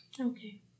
Okay